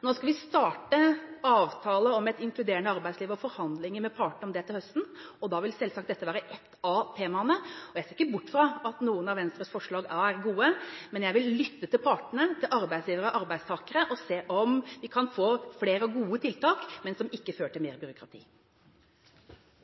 Nå skal vi starte avtale om et inkluderende arbeidsliv og forhandlinger med partene om det til høsten. Da vil selvsagt dette være et av temaene. Jeg ser ikke bort fra at Venstres forslag er gode, men jeg vil lytte til partene – arbeidsgivere og arbeidstakere – og se om vi kan få flere og gode tiltak, men som ikke fører til mer byråkrati.